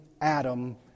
Adam